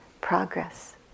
progress